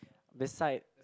beside